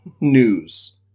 news